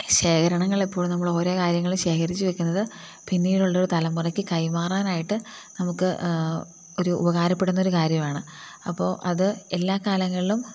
ശേഖരണങ്ങൾ എപ്പോഴും നമ്മൾ ഓരേ കാര്യങ്ങൾ ശേഖരിച്ചു വയ്ക്കുന്ന ത് പിന്നീടുള്ള ഒരു തലമുറക്ക് കൈമാറാനായിട്ട് നമുക്ക് ഒരു ഉപകാരപ്പെടുന്ന ഒരു കാര്യമാണ് അപ്പം അത് എല്ലാ കാലങ്ങളിലും